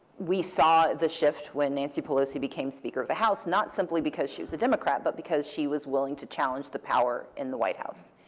we saw the shift when nancy pelosi became speaker of the house, not simply because she was a democrat, but because she was willing to challenge the power in the white house.